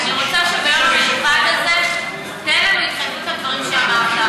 אני רוצה שביום המיוחד הזה תיתן לנו התחייבות לדברים שאמרת,